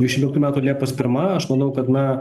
dvidešim penktų metų liepos pirma aš manau kad na